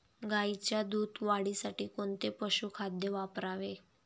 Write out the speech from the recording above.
गाईच्या दूध वाढीसाठी कोणते पशुखाद्य वापरावे?